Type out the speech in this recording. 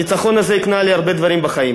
הניצחון הזה הקנה לי הרבה דברים בחיים,